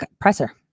presser